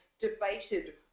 Debated